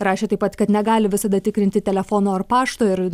rašė taip pat kad negali visada tikrinti telefono ar pašto ir